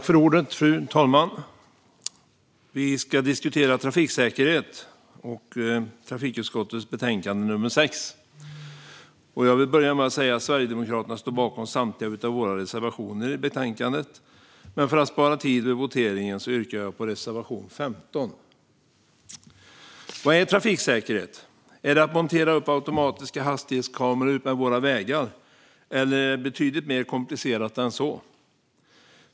Fru talman! Vi ska diskutera trafiksäkerhet och trafikutskottets betänkande nummer 6. Jag inleder med att säga att Sverigedemokraterna står bakom samtliga våra reservationer i betänkandet, men för att spara tid vid voteringen yrkar jag bifall endast till reservation 15. Vad är trafiksäkerhet? Är det att montera upp automatiska hastighetskameror utmed våra vägar, eller är det betydligt mer komplicerat än så?